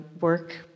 work